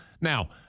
Now